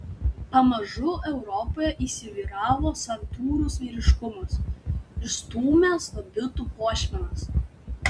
pamažu europoje įsivyravo santūrus vyriškumas išstūmęs dabitų puošmenas